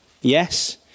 Yes